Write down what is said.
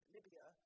Libya